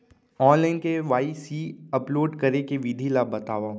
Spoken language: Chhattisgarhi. ऑनलाइन के.वाई.सी अपलोड करे के विधि ला बतावव?